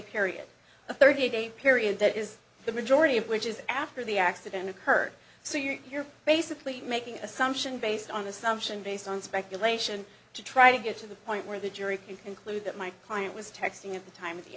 period a thirty day period that is the majority of which is after the accident occurred so you're basically making an assumption based on assumption based on speculation to try to get to the point where the jury can conclude that my client was texting at the time of the